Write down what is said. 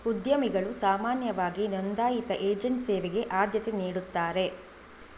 ಉದ್ಯಮಿಗಳು ಸಾಮಾನ್ಯವಾಗಿ ನೋಂದಾಯಿತ ಏಜೆಂಟ್ ಸೇವೆಗೆ ಆದ್ಯತೆ ನೀಡುತ್ತಾರೆ